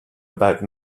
about